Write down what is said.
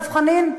דב חנין?